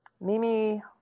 Mimi